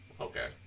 Okay